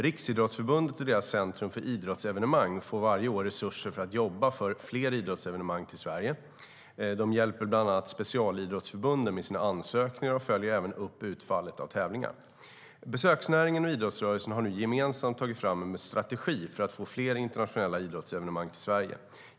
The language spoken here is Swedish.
Riksidrottsförbundet och deras Centrum för idrottsevenemang får varje år resurser för att jobba för att få fler idrottsevenemang till Sverige. De hjälper bland annat specialidrottsförbunden med sina ansökningar och följer även upp utfallet av tävlingar. Besöksnäringen och idrottsrörelsen har nu gemensamt tagit fram en strategi för att få fler internationella idrottsevenemang till Sverige.